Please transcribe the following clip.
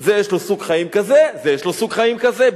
זה יש לו סוג חיים כזה, וזה יש לו סוג חיים כזה.